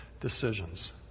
decisions